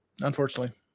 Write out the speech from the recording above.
unfortunately